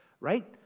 right